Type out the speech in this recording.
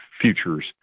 futures